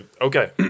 Okay